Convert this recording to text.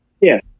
Yes